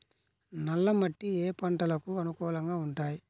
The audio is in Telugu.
నల్ల మట్టి ఏ ఏ పంటలకు అనుకూలంగా ఉంటాయి?